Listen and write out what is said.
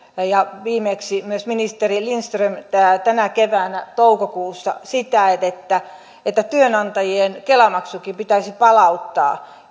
ja viimeksi myös ministeri lindström tänä keväänä toukokuussa että että työnantajien kela maksukin pitäisi palauttaa